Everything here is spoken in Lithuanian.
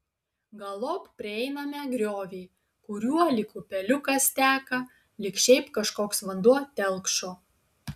galop prieiname griovį kuriuo lyg upeliukas teka lyg šiaip kažkoks vanduo telkšo